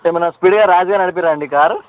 ఏమన్నా స్పీడ్గా ర్యాష్గా నడిపినారా అండి కారు